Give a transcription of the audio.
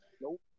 Nope